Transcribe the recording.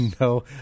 No